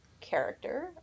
character